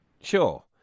Sure